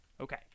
Okay